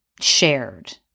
shared